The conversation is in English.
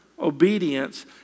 obedience